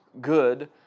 good